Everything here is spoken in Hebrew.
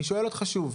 אני שואל אותך שוב,